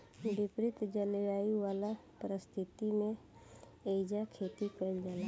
विपरित जलवायु वाला परिस्थिति में एइजा खेती कईल जाला